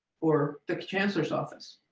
or the chancellor's office.